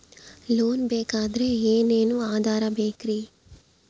Loan ಬೇಕಾದ್ರೆ ಏನೇನು ಆಧಾರ ಬೇಕರಿ?